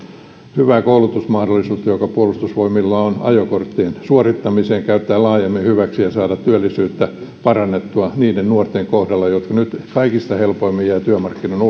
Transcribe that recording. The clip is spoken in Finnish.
hyvää koulutusmahdollisuutta joka puolustusvoimilla on ajokorttien suorittamiseen käyttää laajemmin hyväksi ja saada työllisyyttä parannettua niiden nuorten kohdalla jotka nyt kaikista helpoimmin jäävät työmarkkinan